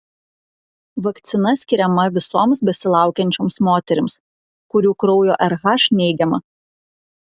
vakcina skiriama visoms besilaukiančioms moterims kurių kraujo rh neigiama